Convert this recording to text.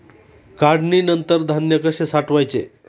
काढणीनंतर धान्य कसे साठवायचे?